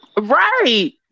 Right